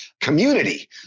Community